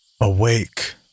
Awake